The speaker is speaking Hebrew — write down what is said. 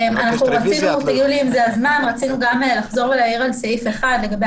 רצינו לחזור ולהעיר על סעיף 1 לגבי